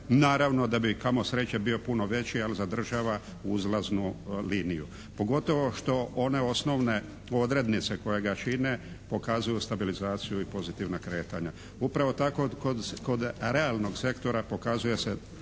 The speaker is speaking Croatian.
Naravno da bi kamo sreće bio puno veći ali zadržava uzlaznu liniju. Pogotovo što one osnovne odrednice koje ga čine pokazuju stabilizaciju i pozitivna kretanja. Upravo tako kod realnog sektora pokazuje se